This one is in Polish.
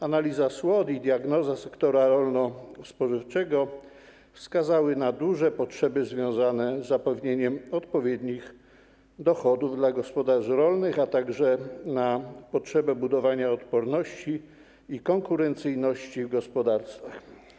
Analizy SWOT i diagnoza sektora rolno-spożywczego wskazały na duże potrzeby związane z zapewnieniem odpowiednich dochodów gospodarstw rolnych, a także na potrzebę budowania odporności i konkurencyjności tych gospodarstw.